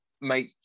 make